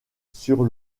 sur